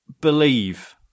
believe